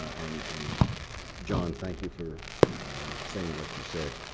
and and john, thank you for saying what you said.